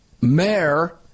Mayor